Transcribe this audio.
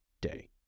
day